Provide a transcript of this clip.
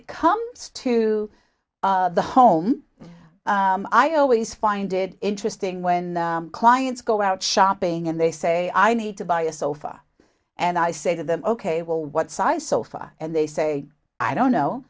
it comes to the home i always find it interesting when clients go out shopping and they say i need to buy a sofa and i say to them ok well what size sofa and they say i don't know